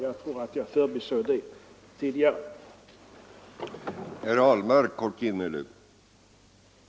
Jag tror att jag förbisåg att göra detta tidigare.